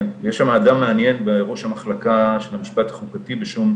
יש לנו את הפרויקט שנקרא "להראות טוב ולהרגיש טוב יותר",